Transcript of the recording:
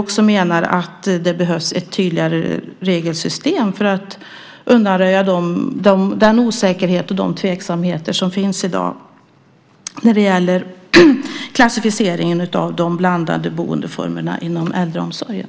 Vi menar att det behövs ett tydligare regelsystem för att undanröja den osäkerhet och de tveksamheter som finns i dag när det gäller klassificeringen av de blandade boendeformerna inom äldreomsorgen.